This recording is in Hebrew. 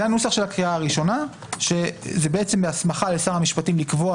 זה הנוסח של הקריאה הראשונה שזה הסמכה לשר